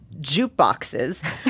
jukeboxes